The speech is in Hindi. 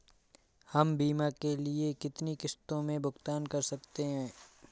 हम बीमा के लिए कितनी किश्तों में भुगतान कर सकते हैं?